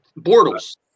Bortles